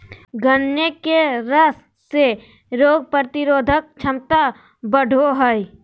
गन्ने के रस से रोग प्रतिरोधक क्षमता बढ़ो हइ